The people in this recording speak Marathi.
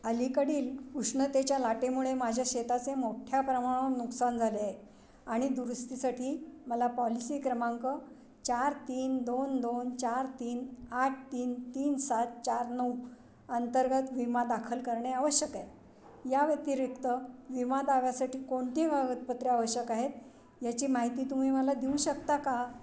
अलीकडील उष्णतेच्या लाटेमुळे माझ्या शेताचे मोठ्या प्रमाणावर नुकसान झाले आणि दुरुस्तीसाठी मला पॉलिसी क्रमांक चार तीन दोन दोन चार तीन आठ तीन तीन सात चार नऊ अंतर्गत विमा दाखल करणे आवश्यकय या व्यतिरिक्त विमा दाव्यासाठी कोणती कागदपत्रे आवश्यक आहेत याची माहिती तुम्ही मला देऊ शकता का